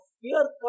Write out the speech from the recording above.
fear